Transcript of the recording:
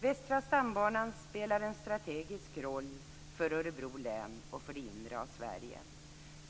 Västra stambanan spelar en strategisk roll för Örebro län och för det inre av Sverige.